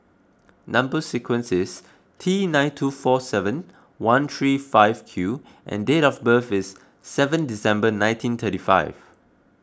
Number Sequence is T nine two four seven one three five Q and date of birth is seven December nineteen thirty five